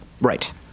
Right